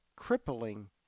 crippling